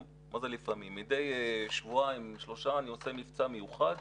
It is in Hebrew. מדי שבועיים שלושה אני עושה מבצע מיוחד,